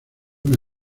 una